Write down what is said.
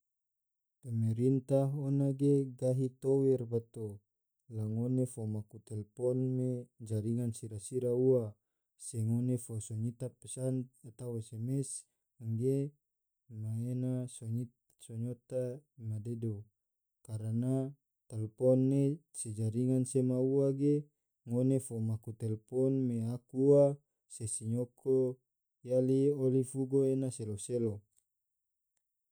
Pemerintah ona ge gahi tower bato, la ngone fo maku telpon me jaringan sira-sira ua se ngone sinyota pesan (sms) ngge na ena sinyota ma dedo, karana talpon ne se jaringan sema ua ge ngone fo maku telpon me aku ua se sinyoko yali oli fugo ena selo-selo.